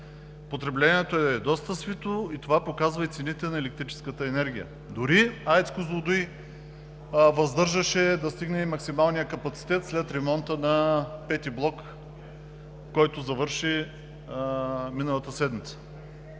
Потреблението е доста свито и това показват и цените на електрическата енергия. Дори „АЕЦ Козлодуй“ се въздържаше да стигне максималния капацитет след ремонта на V блок, който завърши миналата седмица,